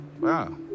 Wow